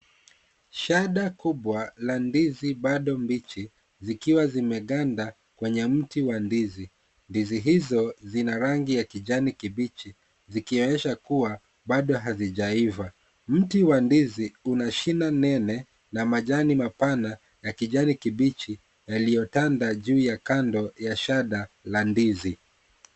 Shada kubwa, la ndizi bado mbichi zikiwa zimeganda kwenye mti wa ndizi. Ndizi hizo zina rangi ya kijani kibichi zikionyesha kuwa bado hazijaiva. Mti wa ndizi una shina nene na majani mapana ya kijani kibichi yaliyotanda juu ya kando la shada la ndizi.